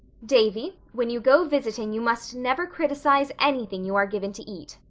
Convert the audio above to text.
davy, when you go visiting you must never criticize anything you are given to eat,